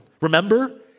Remember